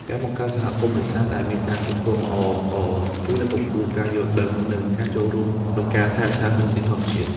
ការបង្កើតសហគមន៍នេសាទដែលមានការគ្រប់គ្រងល្អក៏ជួយលើកកម្ពស់ការយល់ដឹង និងការចូលរួមក្នុងការថែរក្សាធនធានធម្មជាតិ។